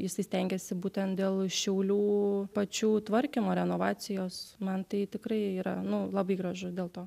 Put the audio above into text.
jisai stengiasi būtent dėl šiaulių pačių tvarkymo renovacijos man tai tikrai yra nu labai gražu dėl to